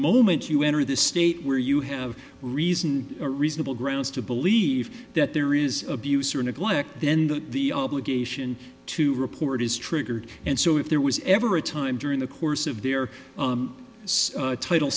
moment you enter the state where you have reason a reasonable grounds to believe that there is abuse or neglect then that the obligation to report is triggered and so if there was ever a time during the course of their